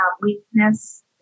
weakness